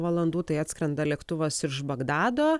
valandų tai atskrenda lėktuvas iš bagdado